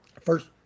First